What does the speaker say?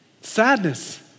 Sadness